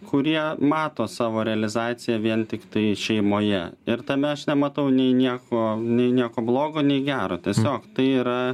kurie mato savo realizaciją vien tiktai šeimoje ir tame aš nematau nei nieko nei nieko blogo nei gero tiesiog tai yra